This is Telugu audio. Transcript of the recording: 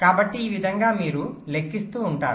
కాబట్టి ఈ విధంగా మీరు లెక్కిస్తూ ఉంటారు